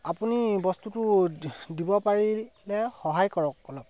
আপুনি বস্তুটো দিব পাৰিলে সহায় কৰক অলপ